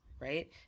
Right